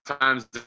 times